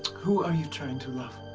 who are you trying to love?